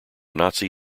nazi